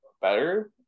better